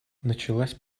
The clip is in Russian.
началась